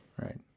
right